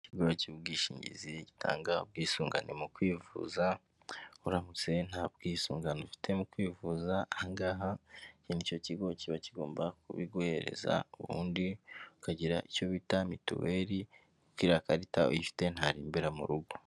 Ikigo cy'ubwishingizi gitanga ubwisungane mu kwivuza, uramutse nta bwisungane ufite mu kwivuza aha ngaha icyo kigo kiba kigomba kubiguhereza ubundi ukagira icyo bita mituweli kuko iriya karita uyifite ntarembera mu rugo.